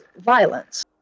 violence